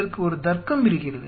இதற்கு ஒரு தர்க்கம் இருக்கிறது